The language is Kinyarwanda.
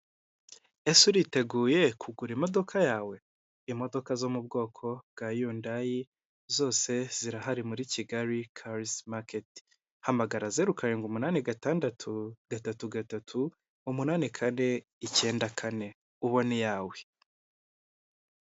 Esee uriteguye kugura imodoka yawe, imodoka zo mu bwoko bwa yundyi zose zirahari muri kigali karizi maketi, hamagara zeru karindwi, umunani gatandatu, gatatu gatatu, umunani kane, icyenda kane ubone iyawe.